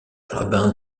rabbin